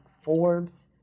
Forbes